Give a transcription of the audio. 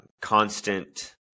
constant